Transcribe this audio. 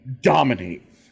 dominate